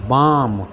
बाम